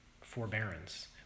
forbearance